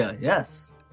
yes